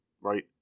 right